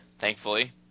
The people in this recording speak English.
thankfully